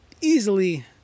easily